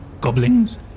Goblins